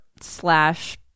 slash